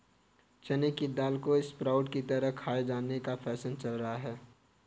चने की दाल को स्प्रोउट की तरह खाये जाने का फैशन चल रहा है